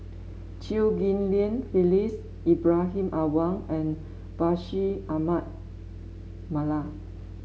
Chew Ghim Lian Phyllis Ibrahim Awang and Bashir Ahmad Mallal